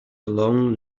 long